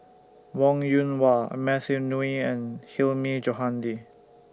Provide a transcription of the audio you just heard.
Wong Yoon Wah Matthew Ngui and Hilmi Johandi